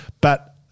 But-